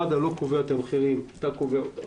מד"א לא קובע את המחירים, אתה קובע אותם,